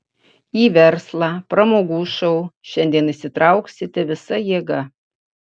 į verslą pramogų šou šiandien įsitrauksite visa jėga